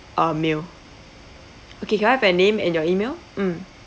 uh meal okay can I have your name and your email mm